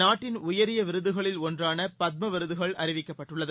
நாட்டின் உயரிய விருதுகளில் ஒன்றான பத்ம விருதுகள் அறிவிக்கப்பட்டுள்ளது